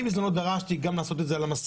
אני דרשתי בזמנו לעשות את זה גם על המסכות,